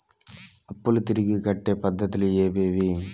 అప్పులు తిరిగి కట్టే పద్ధతులు ఏవేవి